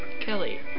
Kelly